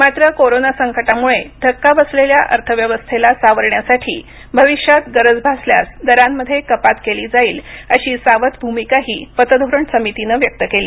मात्र कोरोना संकटामुळे धक्का बसलेल्या अर्थव्यवस्थेला सावरण्यासाठी भविष्यात गरज भासल्यास दरांमध्ये कपात केली जाईल अशी सावध भूमिकाही पतधोरण समितीनं व्यक्त केली